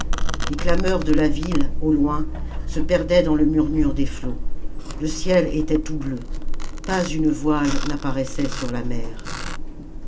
les clameurs de la ville au loin se perdaient dans le murmure des flots le ciel était tout bleu pas une voile n'apparaissait sur la mer